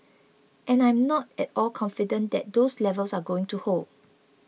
and I'm not at all confident that those levels are going to hold